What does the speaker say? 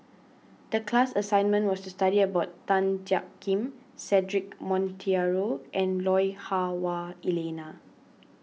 the class assignment was to study about Tan Jiak Kim Cedric Monteiro and Lui Hah Wah Elena